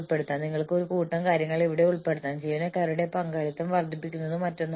ഉദാഹരണത്തിന് ലാഭം പങ്കിടൽ ജീവനക്കാരുടെ ഓഹരി ഉടമസ്ഥാവകാശ പദ്ധതികൾ തുടങ്ങിയവ